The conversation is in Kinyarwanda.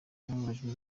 yababajwe